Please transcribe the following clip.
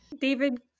David